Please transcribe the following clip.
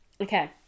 Okay